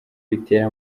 bitera